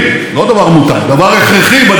דבר הכרחי בדמוקרטיה.